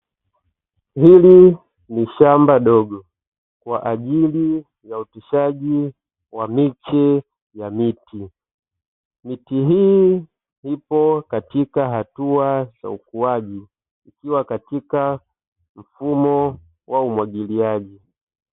Hili ni shamba dogo kwa ajili ya uoteshaji wa miche ya miche, miti hii ipo katika hatua za ukuaji ikiwa katika mfumo wa umwagiliaji.